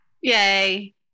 Yay